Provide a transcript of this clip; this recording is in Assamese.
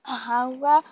হাঁহ কুকুৰা